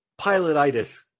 pilotitis